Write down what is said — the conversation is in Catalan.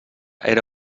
era